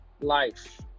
life